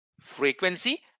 frequency